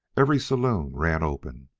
every saloon ran open,